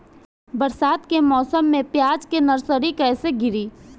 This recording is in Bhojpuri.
बरसात के मौसम में प्याज के नर्सरी कैसे गिरी?